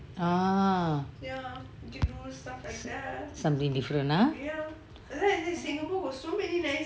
mmhmm something different ah